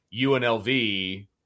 UNLV